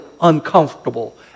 uncomfortable